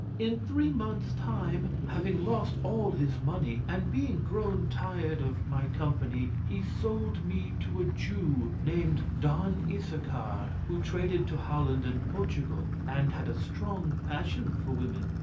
in three months time, having lost all his money, and being grown tired of my company, he sold me to a jew, named don issachar, who traded to holland and portugal, and had a strong passion for women.